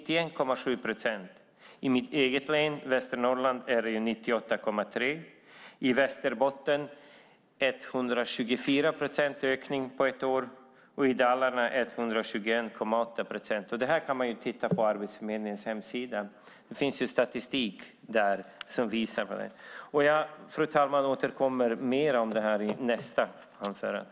I mitt eget län Västernorrland är det 98,3 procent. I Västerbotten är det en ökning på 124 procent på ett år och i Dalarna 121,8 procent. Det kan man se på Arbetsförmedlingens hemsida. Det finns statistik där som visar det. Fru talman! Jag återkommer med mer om detta i nästa anförande.